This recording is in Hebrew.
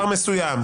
מספר מסוים.